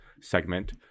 segment